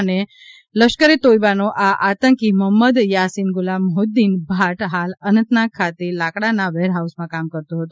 ની્ લશ્કર એ તોયબા નો આ આતંકી મોહમ્મદ યાસીન ગુલામ મોહિઉદ્દીન ભાટ હાલ અનંતનાગ ખાતે લાકડાના વેરહાઉસમાં કામ કરતો હતો